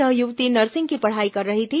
यह युवती नर्सिंग की पढ़ाई कर रही थी